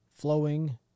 flowing